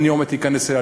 אני עומד להיכנס אליה.